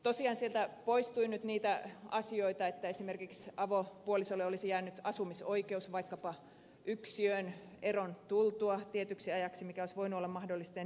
tosiaan sieltä poistui nyt niitä asioita esimerkiksi se että eron tultua avopuolisolle olisi jäänyt asumisoikeus vaikkapa yksiöön tietyksi ajaksi mikä olisi voinut olla mahdollista ja niin edelleen